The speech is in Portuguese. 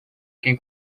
quem